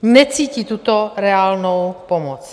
Necítí tuto reálnou pomoc.